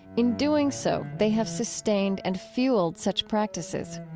in doing so, they have sustained and fueled such practices.